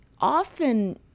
often